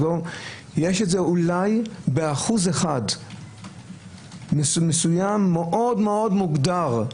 יש את זה אולי באחוז מסוים מאוד מאוד מוגדר,